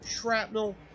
shrapnel